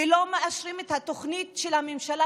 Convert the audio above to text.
ולא מאשרים את התוכנית של הממשלה,